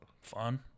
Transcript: Fun